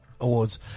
Awards